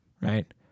right